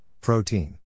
protein